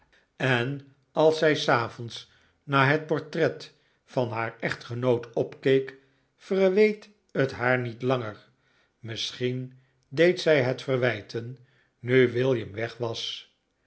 en als zij s avonds naar het portret van haar echtgenoot opkeek verweet het haar niet langer misschien deed zij het verwijten nu william weg was